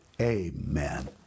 amen